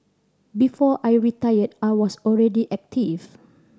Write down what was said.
before I retired I was already active